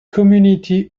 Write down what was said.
community